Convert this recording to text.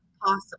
possible